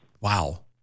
Wow